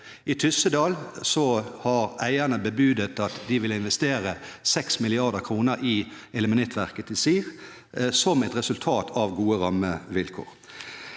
I Tyssedal har eierne bebudet at de vil investere 6 mrd. kr i ilmenittverket Tizir, som et resultat av gode rammevilkår.